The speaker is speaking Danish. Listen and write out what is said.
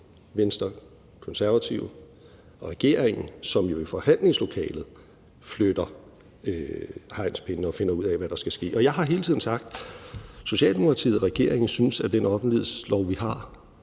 Venstre, Konservative og regeringen – som i forhandlingslokalet flytter hegnspælene og finder ud af, hvad der skal ske. Og jeg har hele tiden sagt, at Socialdemokratiet og regeringen synes, at den offentlighedslov, vi har,